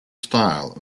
style